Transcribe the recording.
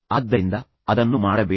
ಆದ್ದರಿಂದ ಅದನ್ನು ಮಾಡಬೇಡಿ